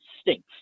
stinks